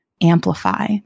amplify